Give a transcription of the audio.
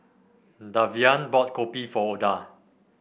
Davian bought Kopi for Oda